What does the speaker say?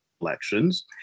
elections